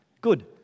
Good